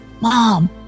Mom